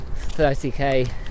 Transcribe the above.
30k